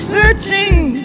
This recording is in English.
Searching